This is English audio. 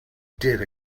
did